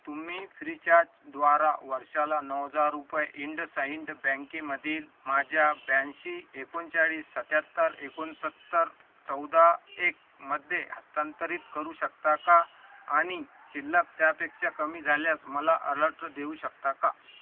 तुम्ही फ्रीचार्जद्वारा वर्षाला नऊ हजार रुपये इंडसाइंड बँकेमधील माझ्या ब्याऐंशी एकोणचाळीस सत्याहत्तर एकोणसत्तर चौदा एकमध्ये हस्तांतरित करू शकता का आणि शिल्लक त्यापेक्षा कमी झाल्यास मला अलर्ट देऊ शकता का